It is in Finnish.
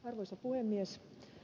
arvoisa puhemies